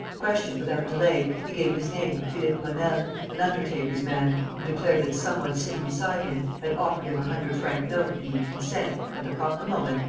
questioned without delay, he gave his name, philippe bonel, an undertaker's man, and declared that some one sitting beside him had offered him a hundred-franc note if he would consent, at the proper moment,